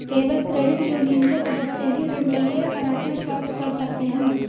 केवल credit union के सदस्य ही ऋण के लिए अर्हता प्राप्त कर सकते हैं